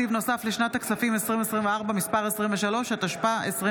התשפ"ד 2024, לא אושרה, ותוסר מסדר-היום.